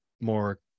more